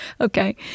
okay